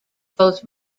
both